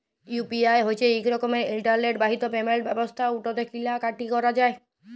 UPI হছে ইক রকমের ইলটারলেট বাহিত পেমেল্ট ব্যবস্থা উটতে কিলা কাটি ক্যরা যায়